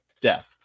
death